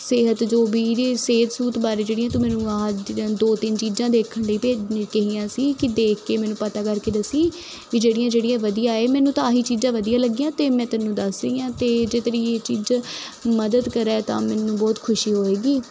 ਸਿਹਤ ਜੋ ਵੀਰੇ ਸਿਹਤ ਸੂਤ ਬਾਰੇ ਜਿਹੜੀਆਂ ਤੂੰ ਮੈਨੂੰ ਆਹ ਜ ਦੋ ਤਿੰਨ ਚੀਜ਼ਾਂ ਦੇਖਣ ਲਈ ਭੇਜ ਕਹੀਆਂ ਸੀ ਕਿ ਦੇਖ ਕੇ ਮੈਨੂੰ ਪਤਾ ਕਰਕੇ ਦੱਸੀ ਵੀ ਜਿਹੜੀਆਂ ਜਿਹੜੀਆਂ ਵਧੀਆ ਆਏ ਮੈਨੂੰ ਤਾਂ ਆਹੀ ਚੀਜ਼ਾਂ ਵਧੀਆ ਲੱਗੀਆਂ ਅਤੇ ਮੈਂ ਤੈਨੂੰ ਦੱਸ ਰਹੀ ਹਾਂ ਅਤੇ ਜੇ ਤੇਰੀ ਚੀਜ਼ ਮਦਦ ਕਰੇ ਤਾਂ ਮੈਨੂੰ ਬਹੁਤ ਖੁਸ਼ੀ ਹੋਏਗੀ